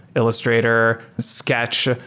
illustrator, sketch.